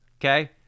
Okay